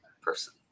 person